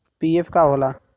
PF का होला?